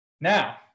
Now